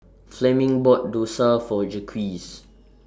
Fleming bought Dosa For Jacques